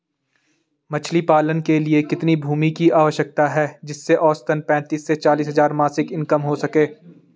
मछली पालन के लिए कितनी भूमि की आवश्यकता है जिससे औसतन पैंतीस से चालीस हज़ार मासिक इनकम हो सके?